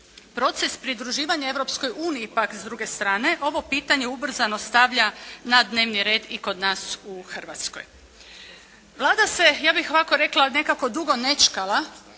Proces pridruživanja Europskoj uniji pak s druge strane ovo pitanje ubrzano stavlja na dnevni red i kod nas u Hrvatskoj. Vlada se ja bih ovako rekla nekako dugo nećkala